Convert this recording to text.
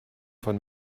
von